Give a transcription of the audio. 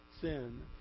sin